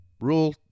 rule